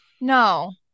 No